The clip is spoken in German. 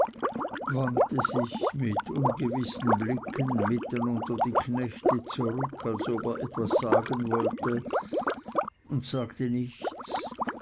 wandte sich mit ungewissen blicken mitten unter die knechte zurück als ob er etwas sagen wollte und sagte nichts